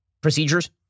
procedures